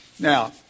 Now